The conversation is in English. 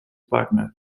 partner